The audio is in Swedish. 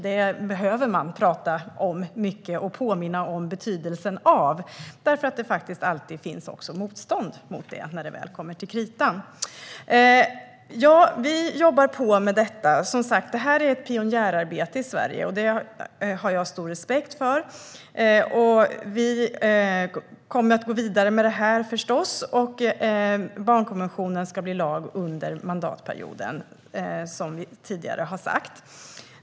Detta behöver man tala mycket om, och man behöver påminna om betydelsen av det, eftersom det alltid finns motstånd mot det när det kommer till kritan. Vi jobbar på med detta. Det här är ett pionjärarbete i Sverige, vilket jag har stor respekt för. Vi kommer förstås att gå vidare med det här. Barnkonventionen ska bli lag under mandatperioden, som vi tidigare har sagt.